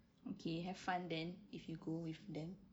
okay have fun then if you go with them